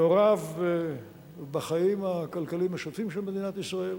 מעורב בחיים הכלכליים השוטפים של מדינת ישראל.